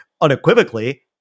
unequivocally